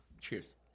Cheers